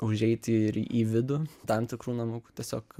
užeiti ir į vidų tam tikrų namukų tiesiog